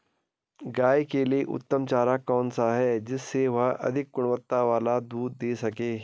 गाय के लिए उत्तम चारा कौन सा है जिससे वह अधिक गुणवत्ता वाला दूध दें सके?